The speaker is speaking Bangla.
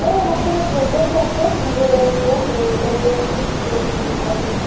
ওই একটা প্রোজেক্ট আছে ভুগোলের নিয়ে তো ওটা নিয়ে একটু কিছু জিনিস কিনতে হবে